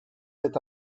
cet